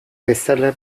bezala